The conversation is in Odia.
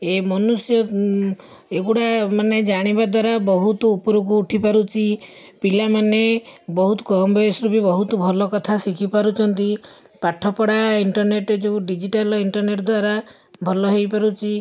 ଏ ମନୁଷ୍ୟ ଏଗୁଡ଼ାମାନେ ଜାଣିବା ଦ୍ୱାରା ବହୁତ ଉପୁରକୁ ଉଠି ପାରୁଛି ପିଲାମାନେ ବହୁତ କମ ବୟସରୁ ବହୁତ ଭଲ କଥା ଶିଖିପାରୁଛନ୍ତି ପାଠପଢ଼ା ଇଣ୍ଟରନେଟ୍ ଯେଉଁ ଡିଜିଟାଲ୍ ଇଣ୍ଟରନେଟ୍ ଦ୍ୱାରା ଭଲ ହେଇପାରୁଛି